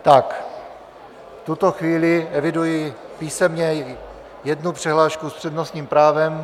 V tuto chvíli eviduji písemně jednu přihlášku s přednostním právem.